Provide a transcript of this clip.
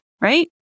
right